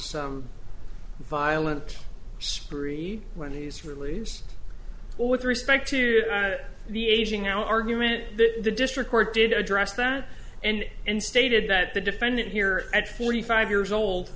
some violent spree when he's really cool with respect to the asian now argument that the district court did address that and and stated that the defendant here at forty five years old